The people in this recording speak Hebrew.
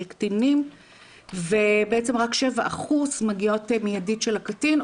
קטינים ובעצם רק 7% מגיעות מידיד של הקטין,